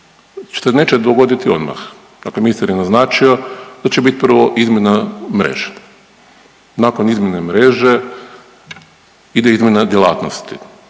se neće dogoditi odmah, dakle ministar je naznačio da će bit prvo izmjena mreže. Nakon izmjene mreže ide izmjena djelatnosti.